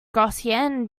gaussian